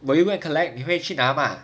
will you go and collect 你会去拿吗